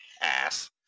Ass